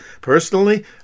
Personally